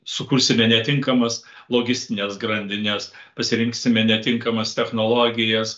sukursime netinkamas logistines grandines pasirinksime netinkamas technologijas